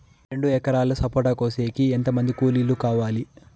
రెండు ఎకరాలు సపోట కోసేకి ఎంత మంది కూలీలు కావాలి?